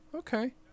okay